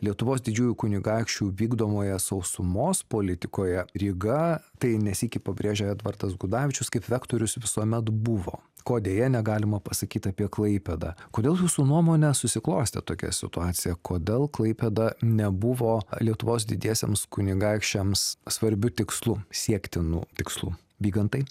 lietuvos didžiųjų kunigaikščių vykdomoje sausumos politikoje ryga tai ne sykį pabrėžė edvardas gudavičius kaip vektorius visuomet buvo ko deja negalima pasakyt apie klaipėdą kodėl jūsų nuomone susiklostė tokia situacija kodėl klaipėda nebuvo lietuvos didiesiems kunigaikščiams svarbiu tikslu siektinu tikslu vygantai